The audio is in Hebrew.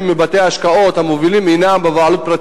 שמטרידה גם את מנוחתי ואת מנוחת אנשי